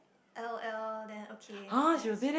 L_O_L then okay then I just